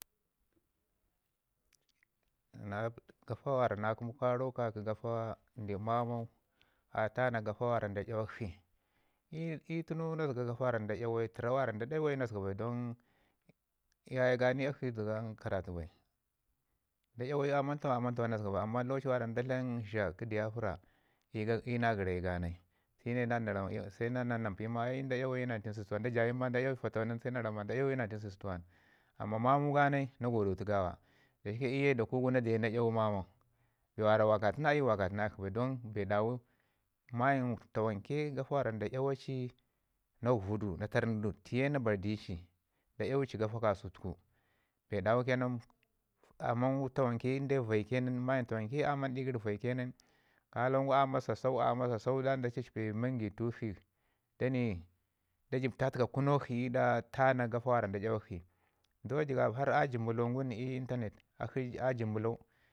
Na gafa wara na kəmu karau ka ki gafami mamau a tana gafa wara nda iyawakshi, I- i tunu na zəga gafa mi ndu iyawuyu təra wara ndu iya wayu na zəga bai iyaye ganai alashi zəga karatu bai. Nda'yawayu aman tawan aman tawan na zəgaba bai amman lokaci wara nda dlam zha kə bayafira i- ina gərayu ga nai sai nan na mpi ai ii ma nda yawayu i ninety six nda jayayuya nda iyawuci fatawan nin ii ma ii ninteen sixty one amman mamuga na godotu gawa da shike da kugu i yu ke na deu na iyawu mamau bee wakatu na iyu wakatu na aslashi bai don bee dawu mayim tawanke gafa wara nda iyawa ci nm guvudu na tarnu du tiye na bar di ci nda iyuwu ci gafa kasatuku bee dawu ke nan aman tawanke inde vaike nan mayim tawan ke aman ɗi gəri vaike nin ka lawan gu amasa sau a masa sau ndan da caipe magutukshi da ni da jəp tatəka kunokshi ii ɗa tana gafo mi nda yawakshi ndau jəgab har a jəblau i internet kashi a jəblan